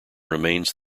remains